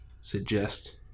suggest